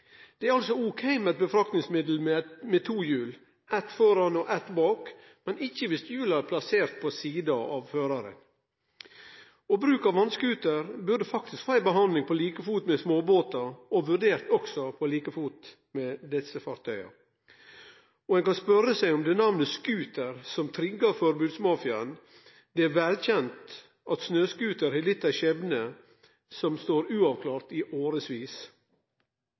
Det er altså ok med eit framkomstmiddel med to hjul, eit føre og eit bak, men ikkje viss hjula er plasserte på sida av føraren. Bruk av vass-scooter burde faktisk få ei behandling på likefot med småbåtar og bli vurdert på likefot med desse fartøya. Ein kan spørje seg om det er namnet «scooter» som triggar forbodsmafiaen. Det er velkjent at snøscooter har lidt ein skjebne som har stått uavklart i